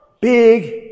big